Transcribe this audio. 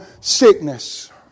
sickness